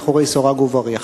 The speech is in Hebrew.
מאחורי סורג ובריח.